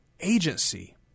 agency